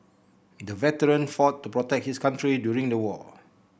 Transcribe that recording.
the veteran fought to protect his country during the war